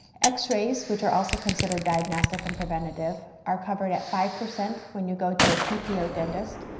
x-rays, which are also considered diagnostic and preventative, are covered at five percent when you go to a ppo dentist,